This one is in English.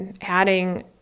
adding